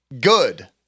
good